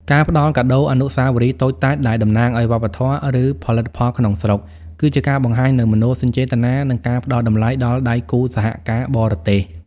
ការផ្តល់កាដូអនុស្សាវរីយ៍តូចតាចដែលតំណាងឱ្យវប្បធម៌ ឬផលិតផលក្នុងស្រុក គឺជាការបង្ហាញនូវមនោសញ្ចេតនា និងការផ្តល់តម្លៃដល់ដៃគូសហការបរទេស។